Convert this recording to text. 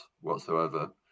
whatsoever